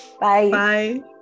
Bye